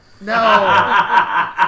No